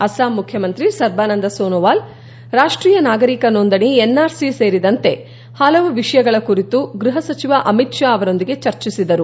ಅಸ್ಡಾಂ ಮುಖ್ಯಮಂತ್ರಿ ಸರ್ಬಾನಂದ ಸೋನೊವಾಲ್ ರಾಷ್ಷೀಯ ನಾಗರಿಕ ನೋಂದಣಿ ಎನ್ಆರ್ಸಿ ಸೇರಿದಂತೆ ಹಲವು ವಿಷಯಗಳ ಕುರಿತು ಗೃಹ ಸಚಿವ ಅಮಿತ್ ಷಾ ಅವರೊಂದಿಗೆ ಚರ್ಚಿಸಿದರು